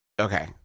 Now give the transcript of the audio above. okay